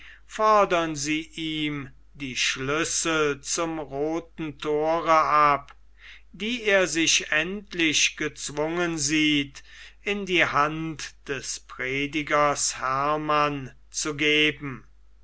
fordern sie ihm die schlüssel zum rothen thore ab die er sich endlich gezwungen sieht in die hand des predigers hermann zu geben